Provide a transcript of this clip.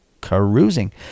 carousing